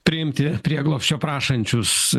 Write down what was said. priimti prieglobsčio prašančius